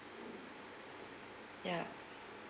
ya